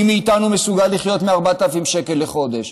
מי מאיתנו מסוגל לחיות מ-4,000 שקל לחודש?